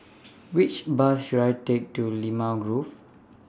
Which Bus should I Take to Limau Grove